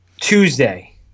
Tuesday